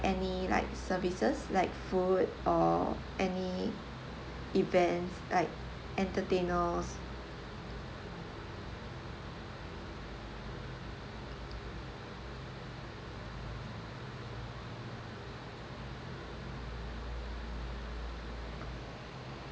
any like services like food or any event like entertainers